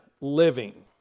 living